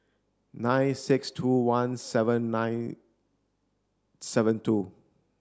nine six two one seven nine seven two